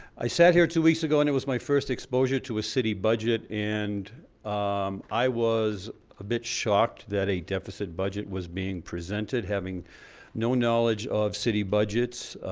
i sat here two weeks ago and it was my first exposure to a city budget and um i was a bit shocked that a deficit budget was being presented having no knowledge of city budgets